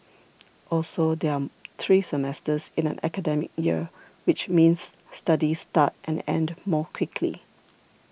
also there are three semesters in an academic year which means studies start and end more quickly